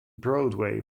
broadway